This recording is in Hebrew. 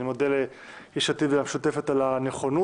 אני מודה ליש עתיד והמשותפת על הנכונות,